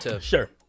Sure